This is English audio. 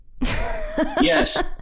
Yes